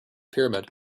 pyramid